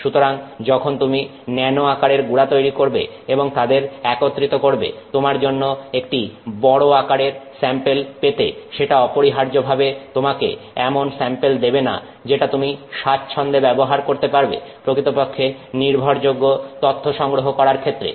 সুতরাং যখন তুমি ন্যানো আঁকারের গুড়া তৈরি করবে এবং তাদের একত্রিত করবে তোমার জন্য একটি বড় আকারের স্যাম্পেল পেতে সেটা অপরিহার্যভাবে তোমাকে এমন স্যাম্পেল দেবে না যেটা তুমি স্বাচ্ছন্দে ব্যবহার করতে পারবে প্রকৃতপক্ষে নির্ভরযোগ্য তথ্য সংগ্রহ করার ক্ষেত্রে